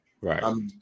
Right